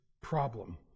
problem